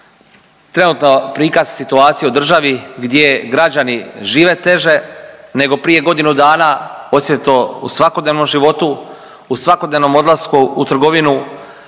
trenutno prikaz situacije u državi gdje građani žive teže nego prije godinu dana, osjete to u svakodnevnom životu, u svakodnevnom odlasku u trgovinu,